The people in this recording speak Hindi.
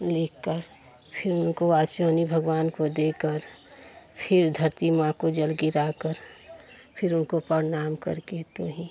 लिखकर फ़िर उनको आचवानी भगवान को देकर फ़िर धरती माँ को जल गिराकर फ़िर उनको प्रणाम करके तो ही